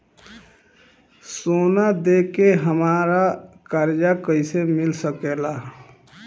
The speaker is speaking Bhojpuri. सोना दे के हमरा कर्जा कईसे मिल सकेला?